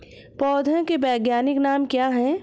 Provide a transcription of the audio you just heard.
पौधों के वैज्ञानिक नाम क्या हैं?